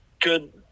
good